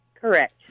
Correct